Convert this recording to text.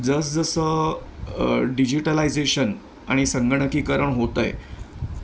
जसजसं डिजिटलायझेशन आणि संगणकीकरण होतं आहे